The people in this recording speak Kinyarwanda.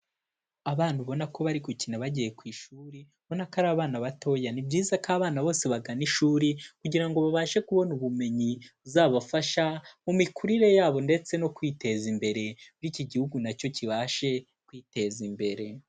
Abana ubona ko bari gukina bagiye ku ishuri, ubona ko ari abana batoya. Ni byiza ko abana bose bagana ishuri kugira ngo babashe kubona ubumenyi buzabafasha mu mikurire yabo ndetse no kwiteza imbere bityo igihugu na cyo kibashe kwiteza imbere.